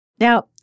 Now